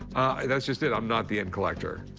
that's just it. i'm not the end collector.